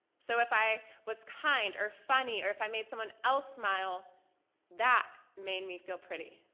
so if i was kind or funny or if i made someone else smile that made me feel pretty.